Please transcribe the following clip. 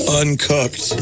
uncooked